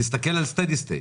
תסתכל על ה-steady state.